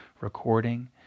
recording